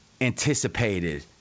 anticipated